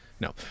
No